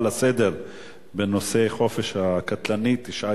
שההצעה לסדר-היום בנושא: חופש קטלני: תשעה